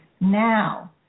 now